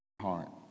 heart